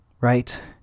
right